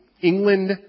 England